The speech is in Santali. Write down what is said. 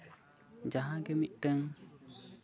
ᱡᱟᱦᱟᱸᱜᱮ ᱢᱤᱫᱴᱟᱹᱱ